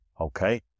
Okay